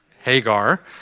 Hagar